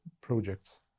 projects